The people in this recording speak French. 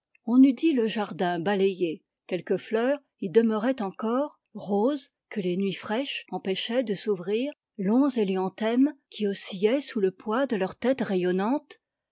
on eût dit le jardin balayé quelques fleurs y demeuraient encore roses que les nuits fraîches empêchaient de s'ouvrir longs élian thèmes qui oscillaient sous le poids de leur tête rayonnante